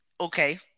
Okay